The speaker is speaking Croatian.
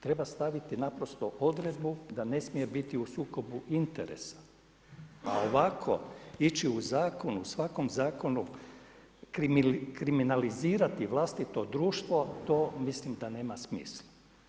Treba staviti naprosto odredbu da ne smije biti u sukobu interesa ovako ići u zakon, u svakom zakonu kriminalizirati vlastito društvo to mislim da nema smisla.